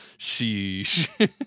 Sheesh